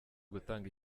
gutanga